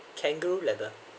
kangaroo leather